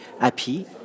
happy